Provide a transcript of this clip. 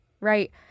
right